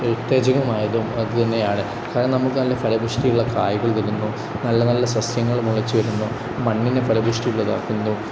ഉത്തേജകവുമായതും അത് തന്നെയാണ് കാരണം നമുക്ക് നല്ല ഫലഭൂയിഷ്ടിയുള്ള കായികൾ തരുന്നു നല്ല നല്ല സസ്യങ്ങൾ മുളച്ചു വരുന്നു മണ്ണിനെ ഫലഭൂയിഷ്ടിയുള്ളതാക്കുന്നു